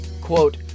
Quote